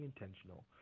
intentional